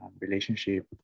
relationship